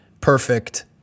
perfect